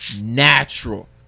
Natural